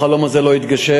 החלום הזה לא יתגשם,